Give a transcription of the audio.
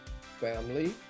family